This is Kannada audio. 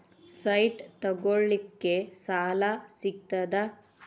ಸೈಟ್ ತಗೋಳಿಕ್ಕೆ ಸಾಲಾ ಸಿಗ್ತದಾ?